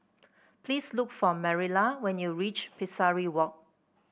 please look for Marilla when you reach Pesari Walk